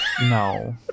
No